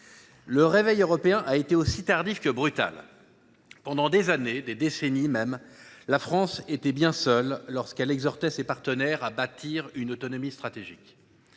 le réveil de l’Europe a été aussi tardif que brutal ! Pendant des années, voire des décennies, la France était bien seule, lorsqu’elle exhortait ses partenaires à bâtir une autonomie stratégique.